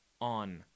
on